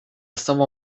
savo